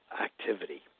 activity